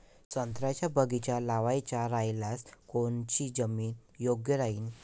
संत्र्याचा बगीचा लावायचा रायल्यास कोनची जमीन योग्य राहीन?